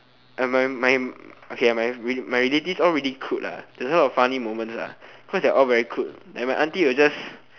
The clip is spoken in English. uh my my okay my rel~ relative all really crude lah there's a lot of funny moments ah cause they are all very crude like my auntie will just